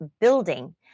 building